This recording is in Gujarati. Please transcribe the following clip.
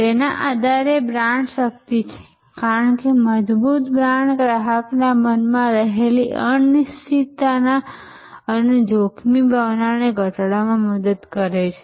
તેના આધારે બ્રાન્ડ શક્તિ છે કારણ કે મજબૂત બ્રાન્ડ ગ્રાહકના મનમાં રહેલી અનિશ્ચિતતા અને જોખમની ભાવના ઘટાડવામાં મદદ કરે છે